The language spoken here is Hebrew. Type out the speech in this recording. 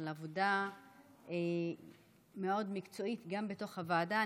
על עבודה מאוד מקצועית גם בתוך הוועדה.